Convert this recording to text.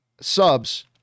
subs